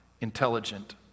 Intelligent